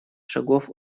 шагов